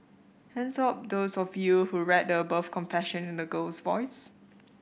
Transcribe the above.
hands up those of you who read the above confession in a girl's voice